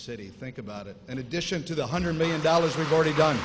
city think about it in addition to the hundred million dollars we've already done